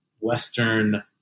Western